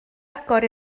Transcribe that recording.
agor